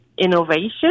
innovation